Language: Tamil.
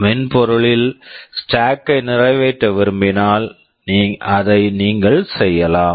மென்பொருளில் ஸ்டாக் stack கை நிறைவேற்ற விரும்பினால் அதை நீங்கள் செய்யலாம்